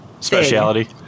Speciality